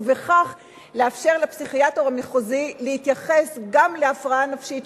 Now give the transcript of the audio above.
ובכך לאפשר לפסיכיאטר המחוזי להתייחס גם להפרעה נפשית,